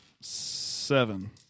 Seven